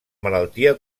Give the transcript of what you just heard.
malaltia